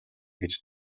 гэж